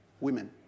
women